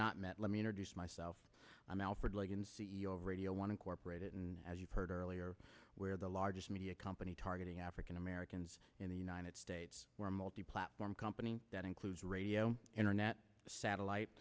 met let me introduce myself i'm alfred legan c e o of radio want to cooperate and as you've heard earlier where the largest media company targeting african americans in the united states we're multi platform company that includes radio internet satellite